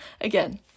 again